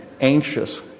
anxious